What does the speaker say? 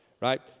right